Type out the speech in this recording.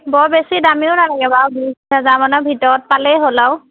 বৰ বেছি দামীও নালাগে বাৰু বিছ হেজাৰমানৰ ভিতৰত পালেই হ'ল আৰু